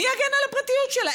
מי יגן על הפרטיות שלה?